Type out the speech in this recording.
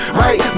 right